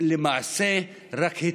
סידור נהדר.